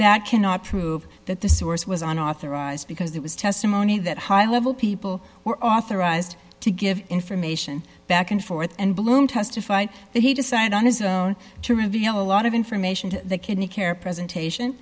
that cannot prove that the source was an authorized because it was testimony that high level people were authorized to give information back and forth and bloom testified that he decided on his own to reveal a lot of information to the kidney care presentation